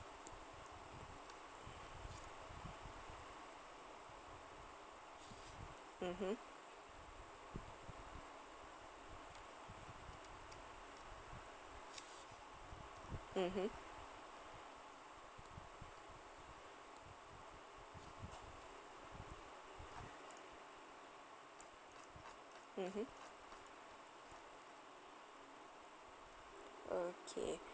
mmhmm mmhmm mmhmm okay